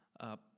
up